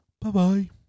Bye-bye